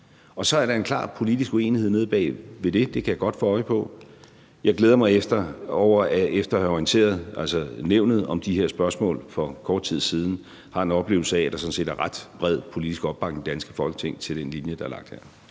Og så er der en klar politisk uenighed nede bag ved det, og den kan jeg godt få øje på. Efter at have orienteret Nævnet om de her spørgsmål for kort tid siden glæder jeg mig over at have en oplevelse af, at der sådan set er ret bred politisk opbakning i det danske Folketing til den linje, der er lagt her.